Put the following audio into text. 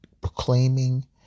proclaiming